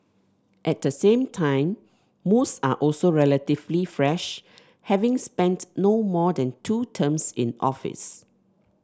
at the same time most are also relatively fresh having spent no more than two terms in office